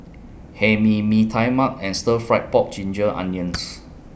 Hae Mee Mee Tai Mak and Stir Fried Pork Ginger Onions